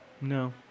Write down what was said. No